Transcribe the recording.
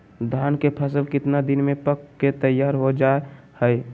धान के फसल कितना दिन में पक के तैयार हो जा हाय?